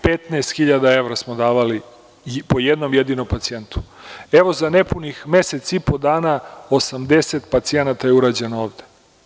Petnaest hiljada evra smo davali po jednom jedinom pacijentu, a evo za nepunih mesec i po dana 80 pacijenata je uređeno ovde.